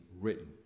written